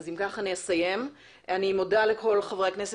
אני מודה לכל חברי הכנסת,